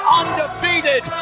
undefeated